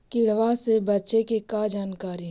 किड़बा से बचे के जानकारी?